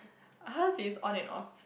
hers is on and off